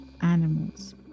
animals